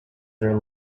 their